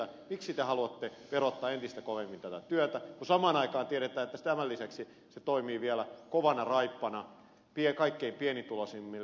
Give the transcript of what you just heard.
miksi te haluatte verottaa entistä kovemmin tätä työtä kun samaan aikaan tiedetään että tämän lisäksi se toimii vielä kovana raippana kaikkein pienituloisimmille